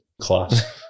class